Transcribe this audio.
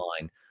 line